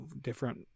different